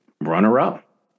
runner-up